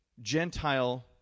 Gentile